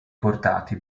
portati